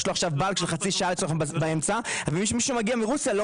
יש לו- -- של חצי שעה באמצע ומי שמגיע מרוסיה לא